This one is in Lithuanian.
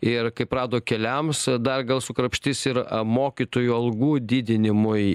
ir kaip rado keliams dar gal sukrapštys ir mokytojų algų didinimui